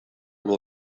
will